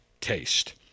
taste